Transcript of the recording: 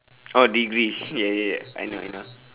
oh degree ya ya ya I know I know